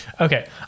Okay